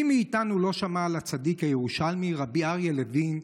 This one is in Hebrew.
מי מאיתנו לא שמע על הצדיק הירושלמי רבי אריה לוין,